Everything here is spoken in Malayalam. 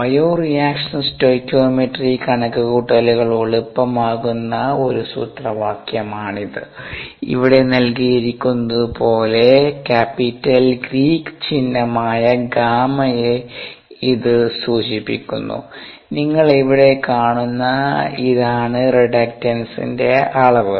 ബയോറിയാക്ഷൻ സ്റ്റോകിയോമെട്രി കണക്കുകൂട്ടലുകൾ എളുപ്പമാക്കുന്ന ഒരു സൂത്രവാക്യമാണിത് ഇവിടെ നൽകിയിരിക്കുന്നതുപോലെ കാപ്പിറ്റൽ ഗ്രീക്ക് ചിഹ്നമായ ഗാമയെ ഇത് സൂചിപ്പിക്കുന്നു നിങ്ങൾ ഇവിടെ കാണുന്ന ഇതാണ് റിഡക്റ്റൻസിന്റെ അളവ്